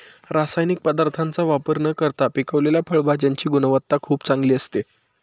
रासायनिक पदार्थांचा वापर न करता पिकवलेल्या फळभाज्यांची गुणवत्ता खूप चांगली असते